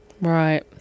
Right